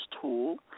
tool